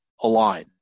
align